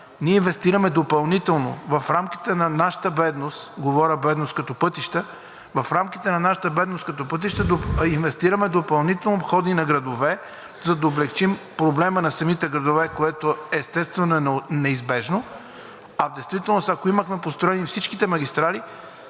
бедност като пътища, в рамките на нашата бедност като пътища, инвестираме допълнително обходи на градове, за да облекчим проблема на самите градове, което, естествено, е неизбежно, а в действителност, ако имахме построени всичките магистрали,